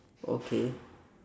okay